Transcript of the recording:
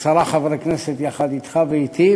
עשרה חברי כנסת יחד אתך ואתי,